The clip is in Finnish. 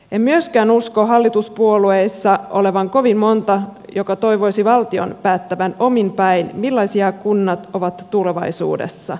en myöskään usko hallituspuolueissa olevan kovin monta joka toivoisi valtion päättävän omin päin millaisia kunnat ovat tulevaisuudessa